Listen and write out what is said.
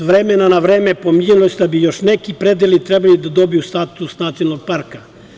S vremena na vreme pominjalo se da bi još neki predeli trebali da dobiju status nacionalnog parka.